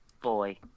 boy